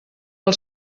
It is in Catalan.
del